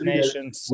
Nations